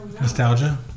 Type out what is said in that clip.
Nostalgia